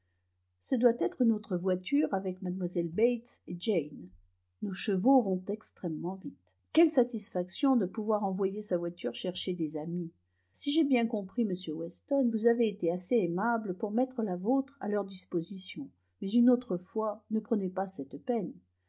ce doit être notre voiture avec mlle bates et jane nos chevaux vont extrêmement vite quelle satisfaction de pouvoir envoyer sa voiture chercher des amis si j'ai bien compris monsieur weston vous avez été assez aimable pour mettre la vôtre à leur disposition mais une autre fois ne prenez pas cette peine